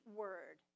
word